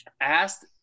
asked